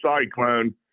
cyclone